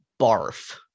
barf